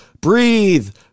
breathe